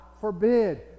forbid